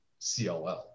CLL